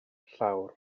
llawr